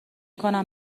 کنم